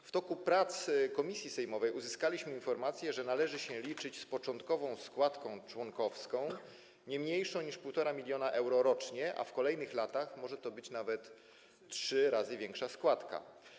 W toku prac komisji sejmowej uzyskaliśmy informację, że należy się liczyć z początkową składką członkowską nie mniejszą niż 1,5 mln euro rocznie, a w kolejnych latach może to być nawet 3 razy większa składka.